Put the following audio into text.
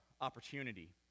opportunity